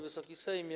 Wysoki Sejmie!